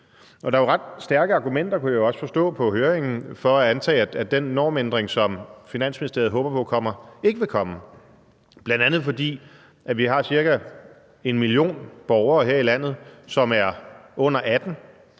Der er jo ret stærke argumenter, kunne jeg også forstå på høringen, for at antage, at den normændring, som Finansministeriet håber på kommer, ikke vil komme, bl.a. fordi vi har ca. en million borgere her i landet, som er under 18 år,